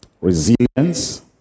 resilience